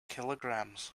kilograms